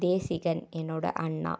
தேசிகன் என்னோடய அண்ணா